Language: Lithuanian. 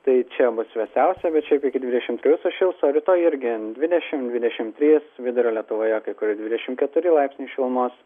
tai čia bus vėsiausia šiaip iki dvidešimt plius sušils o rytoj irgi dvidešim dvidešim trys vidurio lietuvoje kai kur dvidešim keturi laipsniai šilumos